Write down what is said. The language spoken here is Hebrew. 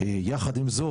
יחד עם זאת,